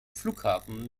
flughafen